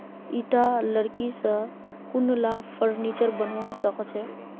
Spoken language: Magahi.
ईटा लकड़ी स कुनला फर्नीचर बनवा सख छ